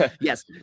Yes